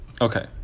Okay